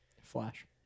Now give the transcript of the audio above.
Flash